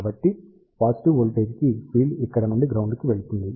కాబట్టి positive voltage కి field ఇక్కడ నుండి గ్రౌండ్ కి వెళ్తుంది